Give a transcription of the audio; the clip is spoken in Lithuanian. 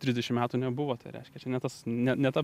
trisdešim metų nebuvo tai reiškia čia ne tas ne ne ta